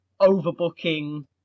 Overbooking